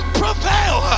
prevail